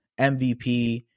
MVP